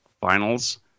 finals